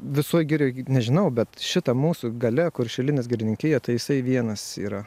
visoj girioj nežinau bet šitam mūsų gale kur šilinės girininkija tai jisai vienas yra